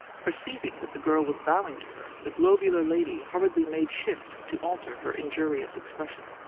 perceiving that the girl was bowing to her, the globular lady hurriedly made shift to alter her injurious expression.